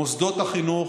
מוסדות החינוך